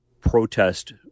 protest